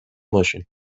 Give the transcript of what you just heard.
باشین